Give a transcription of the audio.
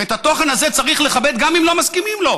ואת התוכן הזה צריך לכבד גם אם לא מסכימים לו.